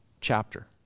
chapter